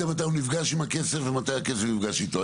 מתי הוא נפגש הוא הכסף ומתי הכסף נפגש איתו.